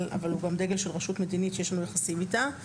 אבל הוא גם דגל של רשות מדינית שיש לנו יחסים איתה,